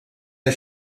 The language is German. der